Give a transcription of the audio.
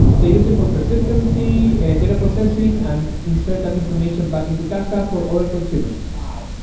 they use it for persistency and data processing and insert that information back into kafka for other consumers wow!